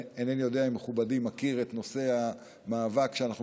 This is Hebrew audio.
אינני יודע אם מכובדי מכיר את המאבק שאנחנו